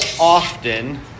often